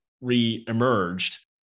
re-emerged